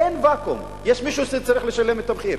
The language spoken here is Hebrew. אין ואקום, יש מישהו שצריך לשלם את המחיר.